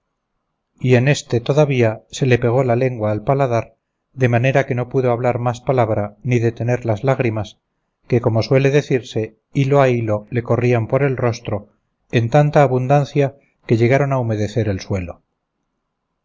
y en este todavía se le pegó la lengua al paladar de manera que no pudo hablar más palabra ni detener las lágrimas que como suele decirse hilo a hilo le corrían por el rostro en tanta abundancia que llegaron a humedecer el suelo